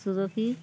Suzuki